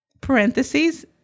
parentheses